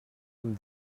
amb